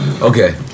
Okay